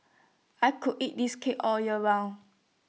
I could eat this cake all year round